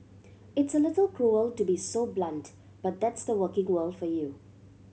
it's a little cruel to be so blunt but that's the working world for you